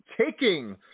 taking